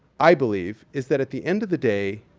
i believe, is that at the end of the day,